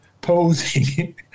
posing